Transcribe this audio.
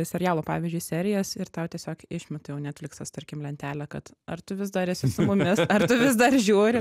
serialo pavyzdžiui serijas ir tau tiesiog išmeta jau netfliksas tarkim lentelę kad ar tu vis dar esi su mumis ar tu vis dar žiūri